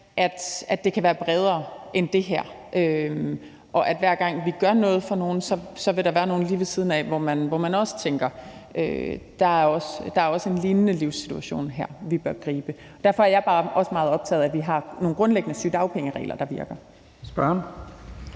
at det kan være bredere end det her, og at hver gang vi gør noget for nogle, vil der være nogle lige ved siden af, om hvem man også tænker: Der er en lignende livssituation her, vi bør gribe. Derfor er jeg bare også meget optaget af, at vi har nogle grundlæggende sygedagpengeregler, der virker.